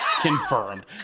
confirmed